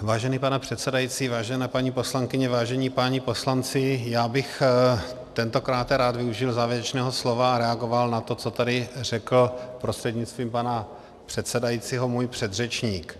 Vážený pane předsedající, vážené paní poslankyně, vážení páni poslanci, já bych tentokrát rád využil závěrečného slova a reagoval na to, co tady řekl prostřednictvím pana předsedajícího můj předřečník.